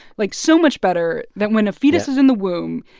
like, so much better that when a fetus is in the womb,